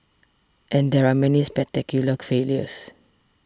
and there are many spectacular failures